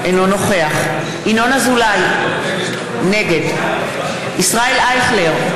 אינו נוכח ינון אזולאי, נגד ישראל אייכלר,